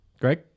Greg